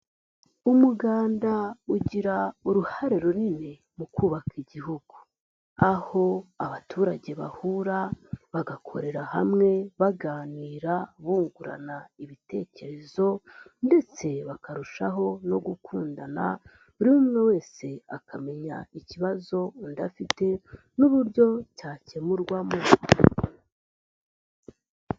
Umuganda ugira uruhare runini mu kubaka igihugu. Aho abaturage bahura bagakorera hamwe baganira, bungurana ibitekerezo ndetse bakarushaho no gukundana buri wese akamenya ikibazo undi afite n'uburyo cyakemurwa.